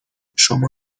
شما